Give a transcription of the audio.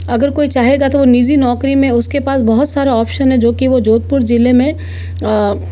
अगर कोई चाहेगा तो निजी नौकरी में उसके पास बहुत सारा ऑप्शन है जो की वो जोधपुर ज़िले में